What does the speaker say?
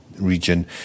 region